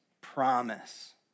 promise